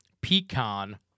pecan